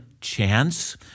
chance